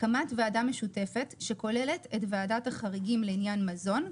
הקמת ועדה משותפת שכוללת את ועדת החריגים לעניין מזון,